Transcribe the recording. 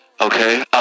Okay